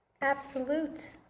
Absolute